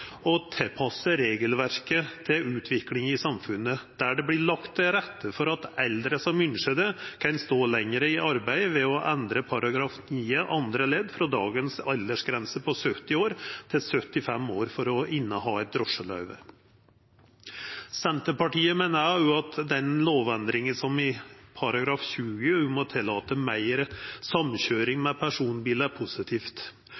regelverket til utviklinga i samfunnet, der det vert lagt til rette for at eldre som ønskjer det, kan stå lenger i arbeid, ved å endra § 9 andre ledd frå dagens aldersgrense på 70 år til 75 år for å ha eit drosjeløyve. Senterpartiet meiner òg at lovendringa i § 20, om å tillata meir samkøyring